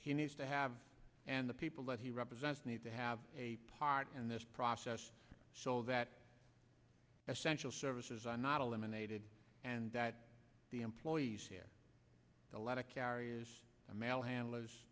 he needs to have and the people that he represents need to have a part in this process so that essential services are not eliminated and that the employees here the letter carriers mail handlers